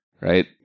right